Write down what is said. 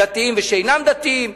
דתיים ושאינם דתיים,